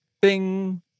bing